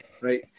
Right